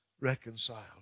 reconciled